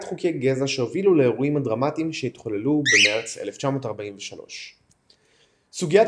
חוקי גזע שהובילו לאירועים הדרמטיים שהתחוללו במרץ 1943. סוגיית